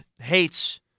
hates